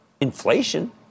inflation